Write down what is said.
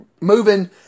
moving